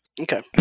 okay